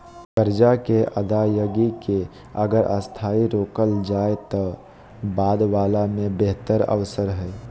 कर्जा के अदायगी के अगर अस्थायी रोकल जाए त बाद वला में बेहतर अवसर हइ